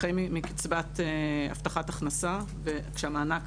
שחיים מקצבת הבטחת הכנסה כשהמענק